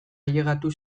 ailegatu